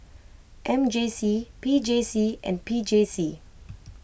M J C P J C and P J C